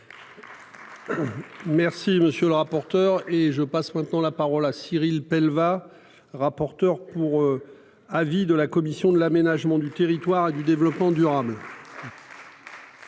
Merci monsieur le rapporteur. Et je passe maintenant la parole à Cyril va rapporteur pour. Avis de la commission de l'aménagement du territoire et du développement durable.